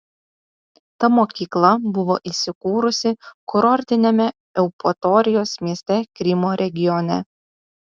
ta mokykla buvo įsikūrusi kurortiniame eupatorijos mieste krymo regione